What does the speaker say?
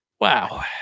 wow